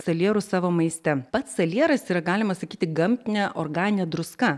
salierus savo maiste pats salieras yra galima sakyti gamtinė organinė druska